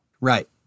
Right